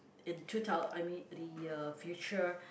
in two thousand I mean the uh future